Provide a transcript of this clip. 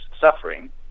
suffering